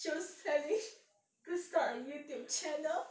she was telling go start a youtube channel